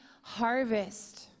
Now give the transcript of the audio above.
harvest